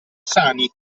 sani